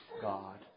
God